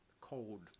Cold